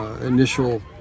initial